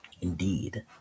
Indeed